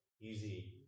easy